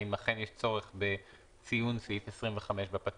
האם אכן יש צורך בציון 25 בפתיח.